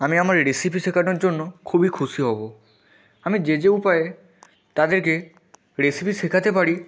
আমি আমার রেসিপি শেখানোর জন্য খুবই খুশি হবো আমি যে যে উপায়ে তাদেরকে রেসিপি শেখাতে পারি